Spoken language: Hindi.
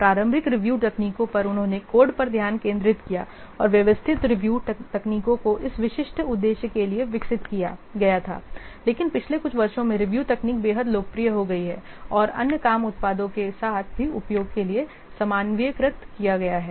प्रारंभिक रिव्यू तकनीकों पर उन्होंने कोड पर ध्यान केंद्रित किया और व्यवस्थित रिव्यू तकनीकों को इस विशिष्ट उद्देश्य के लिए विकसित किया गया था लेकिन पिछले कुछ वर्षों में रिव्यू तकनीक बेहद लोकप्रिय हो गई है और अन्य काम उत्पादों के साथ भी उपयोग के लिए सामान्यीकृत किया गया है